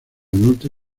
norte